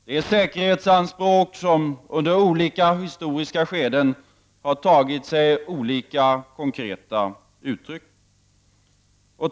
Under olika historiska skeden har dessa säkerhetsanspråk tagit sig olika konkreta uttryck.